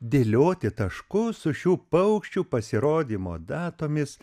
dėlioti taškus su šių paukščių pasirodymo datomis